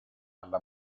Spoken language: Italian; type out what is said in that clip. alla